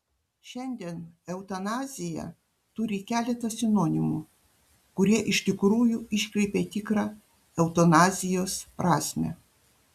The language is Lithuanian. šiandien eutanazija turi keletą sinonimų kurie iš tikrųjų iškreipia tikrą eutanazijos prasmę